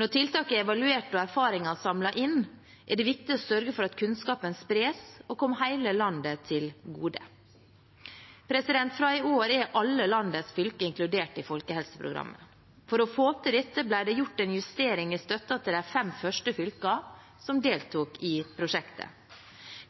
Når tiltak er evaluert og erfaringer samlet inn, er det viktig å sørge for at kunnskapen spres og kommer hele landet til gode. Fra i år er alle landets fylker inkludert i folkehelseprogrammet. For å få til dette ble det gjort en justering i støtten til de fem første fylkene som deltok i prosjektet.